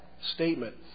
statement